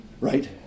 Right